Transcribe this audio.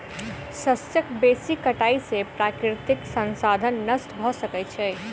शस्यक बेसी कटाई से प्राकृतिक संसाधन नष्ट भ सकै छै